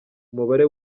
umubare